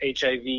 HIV